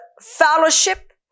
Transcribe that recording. fellowship